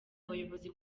abayobozi